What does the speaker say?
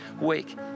week